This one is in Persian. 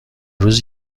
روز